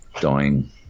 dying